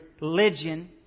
religion